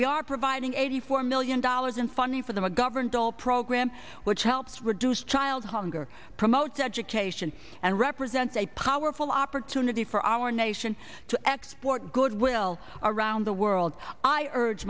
we are providing eighty four million dollars in funding for the mcgovern doll program which helps reduce child hunger promote education and represents a powerful opportunity for our nation to export good will around the world i urge